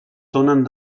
donen